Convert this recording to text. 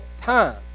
time